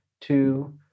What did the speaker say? two